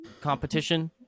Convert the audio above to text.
competition